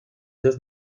dos